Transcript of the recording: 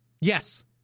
Yes